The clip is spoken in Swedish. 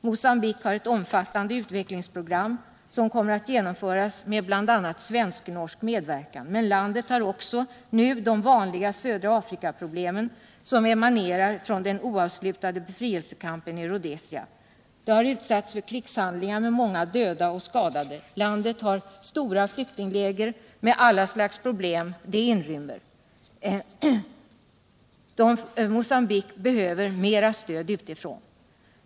Mogambique har ett omfattande utvecklingsprogram som kommer att genomföras med bl.a. svensk-norsk medverkan. Men landet har också de nu vanliga södra Afrika-problemen som emanerar från den oavslutade befrielsekampen. Det har utsatts för krigshandlingar med många döda och skadade som följd. Landet har stora flyktingläger med alla de problem detta inrymmer. Mocambique behöver mera stöd utifrån.